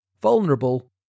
vulnerable